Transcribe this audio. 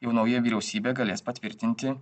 jau nauja vyriausybė galės patvirtinti